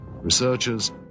researchers